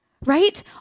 right